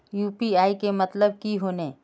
UPI के मतलब की होने?